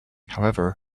however